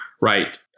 Right